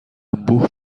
انبوه